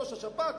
ראש השב"כ,